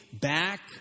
back